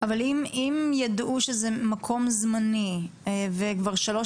אבל אם ידעו שזה מקום זמני וכבר שלוש